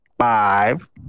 Five